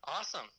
awesome